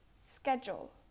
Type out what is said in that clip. schedule